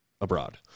abroad